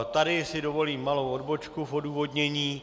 Tady si dovolím malou odbočku v odůvodnění.